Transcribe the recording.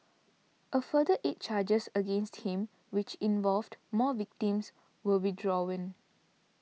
a further eight charges against him which involved more victims were withdrawn